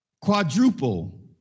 quadruple